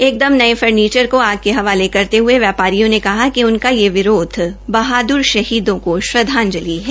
एकदम नये फर्नीचर को आग के हवाले करते हये व्यापारियों ने कहा कि उनका यह विरोध बहाद्र शहीदों को श्रद्वांजलि है